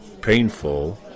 painful